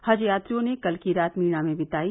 हज यात्रियों ने कल की रात मिना में बिताई